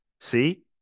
see